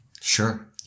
Sure